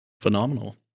Phenomenal